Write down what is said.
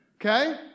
okay